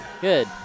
Good